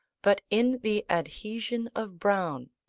but in the adhesion of browne,